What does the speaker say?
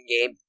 game